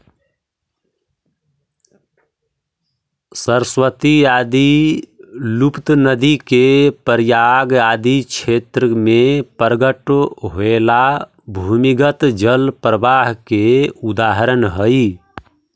सरस्वती आदि लुप्त नदि के प्रयाग आदि क्षेत्र में प्रकट होएला भूमिगत जल प्रवाह के उदाहरण हई